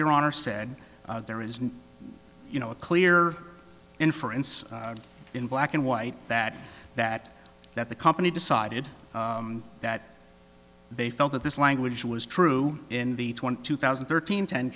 your honor said there isn't you know a clear inference in black and white that that that the company decided that they felt that this language was true in the twenty two thousand thirteen ten